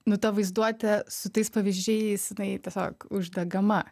nu ta vaizduotė su tais pavyzdžiais jinai tiesiog uždegama